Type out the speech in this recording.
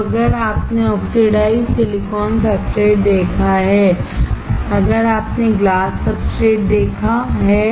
अब अगर आपने ऑक्सीडाइज्ड सिलिकॉन सब्सट्रेट देखा है अगर आपने ग्लास सब्सट्रेट देखा है